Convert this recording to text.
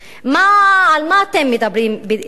על מה אתם מדברים בדיוק?